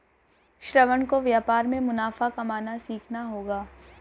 श्रवण को व्यापार में मुनाफा कमाना सीखना होगा